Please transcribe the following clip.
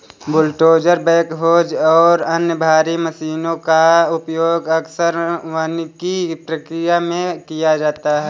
bulldozer backhoes और अन्य भारी मशीनों का उपयोग अक्सर वानिकी प्रक्रिया में किया जाता है